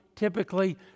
typically